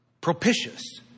propitious